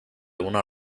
una